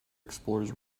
explores